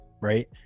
Right